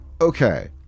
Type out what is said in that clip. Okay